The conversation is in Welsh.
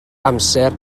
amser